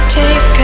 take